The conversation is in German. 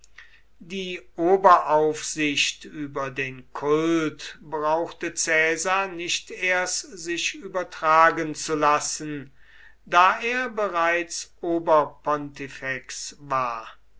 die oberaufsicht über den kult brauchte caesar nicht erst sich übertragen zu lassen da er bereits oberpontifex war